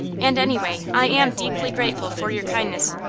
and, anyway, i am deeply grateful for your kindness.